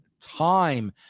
time